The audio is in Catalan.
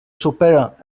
supera